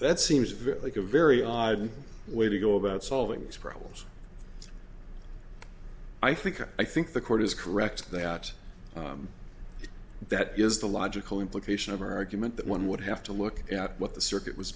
that seems very like a very odd way to go about solving these problems i think i think the court is correct that that is the logical implication of our argument that one would have to look at what the circuit was